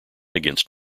against